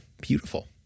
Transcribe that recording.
Beautiful